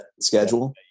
schedule